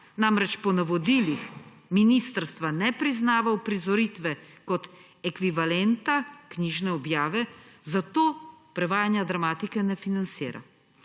namreč po navodilih ministrstva ne priznava uprizoritve kot ekvivalenta knjižne objave, zato prevajanje dramatike ne financira.